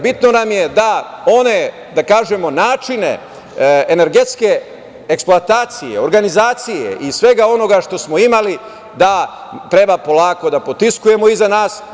Bitno nam je da one načine energetske eksploatacije, organizacije i svega onoga što smo imali treba polako da potiskujemo iza nas.